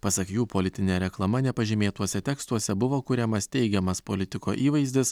pasak jų politine reklama nepažymėtuose tekstuose buvo kuriamas teigiamas politiko įvaizdis